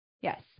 Yes